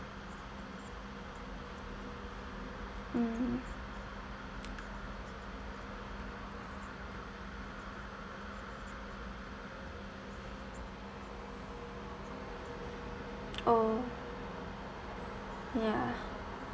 mm oh ya